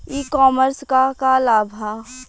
ई कॉमर्स क का लाभ ह?